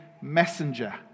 messenger